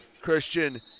Christian